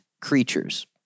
creatures